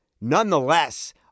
nonetheless